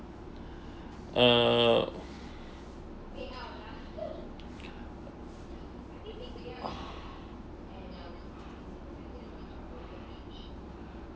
uh